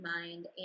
mind